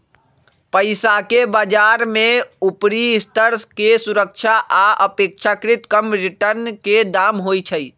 पइसाके बजार में उपरि स्तर के सुरक्षा आऽ अपेक्षाकृत कम रिटर्न के दाम होइ छइ